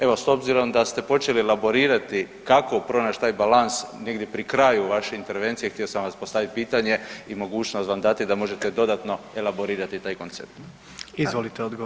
Evo, s obzirom da ste počeli elaborirati kako pronaći taj balans negdje pri kraju vaše intervencije htio sam vam postaviti pitanje i mogućnost vam dati da možete dodatno elaborirati taj koncept.